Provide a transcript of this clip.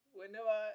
whenever